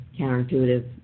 counterintuitive